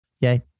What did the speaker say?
Yay